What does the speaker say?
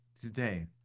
Today